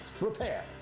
repair